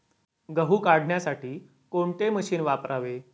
गहू काढण्यासाठी कोणते मशीन वापरावे?